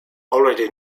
already